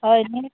हय न्ही